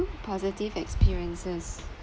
positive experiences